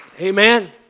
Amen